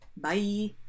Bye